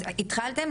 אבל אתם התחלתם?